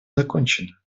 закончена